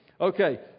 Okay